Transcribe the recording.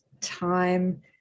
time